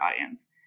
audience